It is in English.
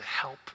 help